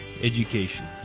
education